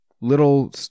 little